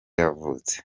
yavutse